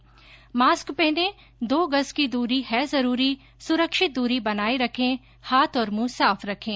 mask पहनें दो गज़ की दूरी है जरूरी सुरक्षित दूरी बनाए रखें हाथ और मुंह साफ रखें